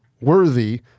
worthy